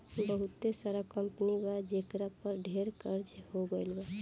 बहुते सारा कंपनी बा जेकरा पर ढेर कर्ज हो गइल बा